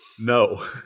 No